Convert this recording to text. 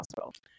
hospital